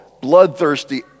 bloodthirsty